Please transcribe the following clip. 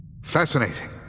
Fascinating